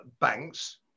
banks